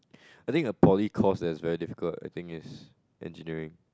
I think a poly course is very difficult I think is engineering